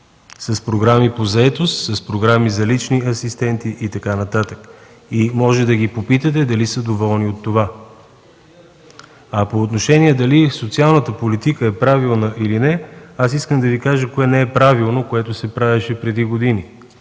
с програми по заетост, с програми за лични асистенти и така нататък. Може да ги попитате дали са доволни от това. По отношение дали социалната политика е правилна или не, искам да Ви кажа кое не е правилно, което се правеше преди години.